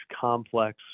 complex